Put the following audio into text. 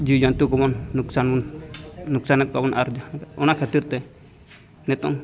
ᱡᱤᱣᱤᱼᱡᱚᱱᱛᱩᱠᱚᱵᱚᱱ ᱞᱚᱥᱠᱟᱱᱵᱚᱱ ᱞᱚᱥᱠᱟᱱᱮᱫ ᱠᱚᱣᱟᱵᱚᱱ ᱟᱨ ᱚᱱᱟ ᱠᱷᱟᱹᱛᱤᱨᱛᱮ ᱱᱤᱛᱚᱝ